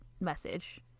message